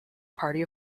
party